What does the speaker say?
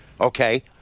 okay